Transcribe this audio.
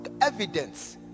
evidence